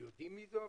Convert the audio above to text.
יודעים מי זו הוועדה?